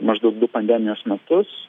maždaug du pandemijos metus